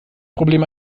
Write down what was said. problem